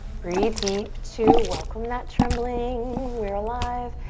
breathe deep. two, welcome that trembling, we're alive.